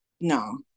No